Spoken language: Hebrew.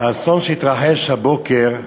האסון שהתרחש הבוקר,